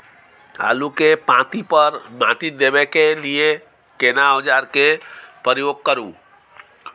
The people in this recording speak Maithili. आलू के पाँति पर माटी देबै के लिए केना औजार के प्रयोग करू?